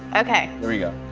okay. here we go.